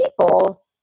people